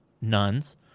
nuns